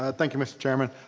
ah thank you, mr. chairman.